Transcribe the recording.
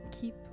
keep